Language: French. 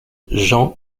jean